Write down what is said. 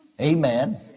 Amen